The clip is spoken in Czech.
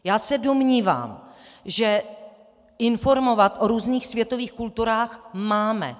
Já se domnívám, že informovat o různých světových kulturách máme.